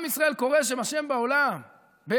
עם ישראל קורא שם השם בעולם במהותו,